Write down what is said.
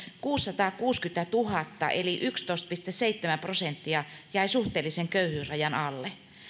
kuusisataakuusikymmentätuhatta eli yksitoista pilkku seitsemän prosenttia jäi suhteellisen köyhyysrajan alle